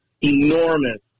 enormous